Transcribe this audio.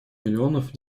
миллионов